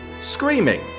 Screaming